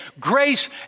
grace